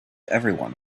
everyone